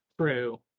True